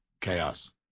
Chaos